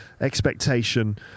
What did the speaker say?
expectation